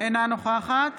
אינה נוכחת